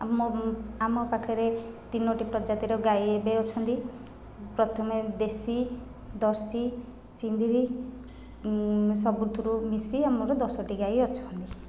ଆମ ଆମ ପାଖରେ ତିନୋଟି ପ୍ରଜାତିର ଗାଈ ଏବେ ଅଛନ୍ତି ପ୍ରଥମେ ଦେଶୀ ଜର୍ଶୀ ସିନ୍ଧି ସବୁଥିରୁ ମିଶିକି ଆମର ଦଶଟି ଗାଈ ଅଛନ୍ତି